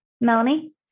Melanie